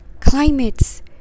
climates